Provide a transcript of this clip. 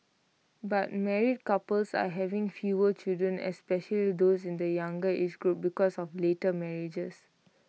but married couples are having fewer children especially those in the younger age groups because of later marriages